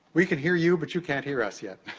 we can hear you, but you can't hear us yet.